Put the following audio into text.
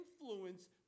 influence